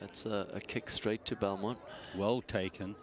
that's a kick straight to belmont well taken